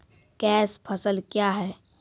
Cash फसल क्या हैं?